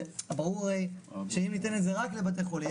ברור הרי שאם ניתן את זה רק לבתי חולים,